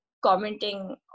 commenting